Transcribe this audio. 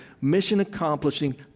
mission-accomplishing